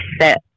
set